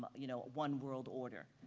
you know, one world order,